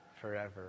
forever